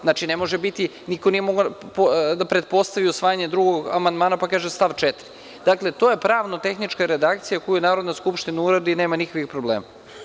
Znači, ne može biti, niko nije mogao da pretpostavi usvajanje drugog amandmana, pa da kaže – stav 4. Dakle, to je pravno-tehnička redakcija koju Narodna skupština uradi i nema nikakvih problema.